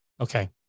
Okay